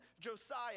Josiah